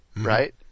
right